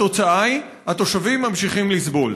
התוצאה היא: התושבים ממשיכים לסבול.